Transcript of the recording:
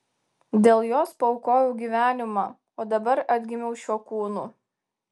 dėl jos paaukojau gyvenimą o dabar atgimiau šiuo kūnu